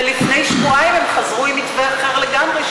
ולפני שבועיים הם חזרו עם מתווה אחר לגמרי,